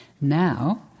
Now